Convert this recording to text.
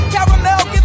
Caramel